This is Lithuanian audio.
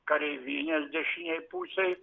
kareivinės dešinėj pusėj